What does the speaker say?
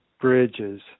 bridges